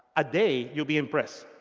a day you'll be impressed.